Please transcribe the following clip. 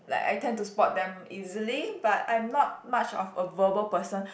like I tend to spot them easily but I'm not much of a verbal person